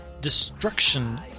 destruction